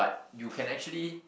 you can actually